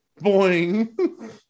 Boing